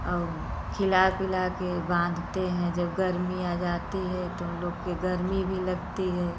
और खिला पिला के बांधते हैं जब गर्मी आ जाती है तो उन लोग के गर्मी भी लगती है